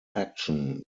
action